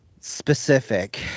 specific